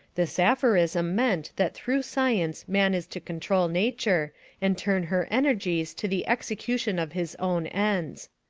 this aphorism meant that through science man is to control nature and turn her energies to the execution of his own ends.